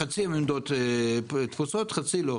חצי מהעמדות תפוסות וחצי לא.